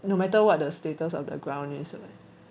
no matter what the status of the ground is [what]